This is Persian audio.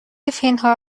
فینها